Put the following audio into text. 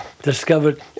discovered